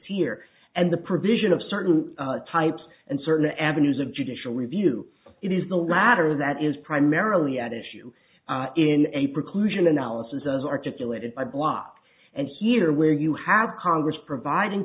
fear and the provision of certain types and certain avenues of judicial review it is the latter that is primarily at issue in a preclusion analysis articulated by block and here where you have congress providing